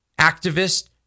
activist